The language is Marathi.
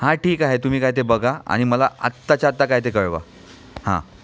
हा ठीक आहे तुम्ही काय ते बघा आणि मला आत्ताच्या आत्ता काय ते कळवा हां